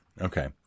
Okay